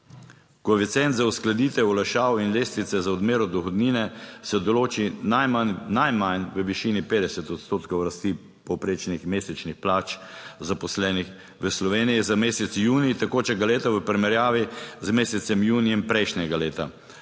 Koeficient za uskladitev olajšav in lestvice za odmero dohodnine, se določi najmanj najmanj v višini 50 odstotkov rasti povprečnih mesečnih plač zaposlenih v Sloveniji za mesec junij tekočega leta v primerjavi z mesecem junijem prejšnjega leta